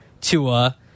Tua